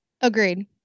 Agreed